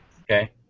Okay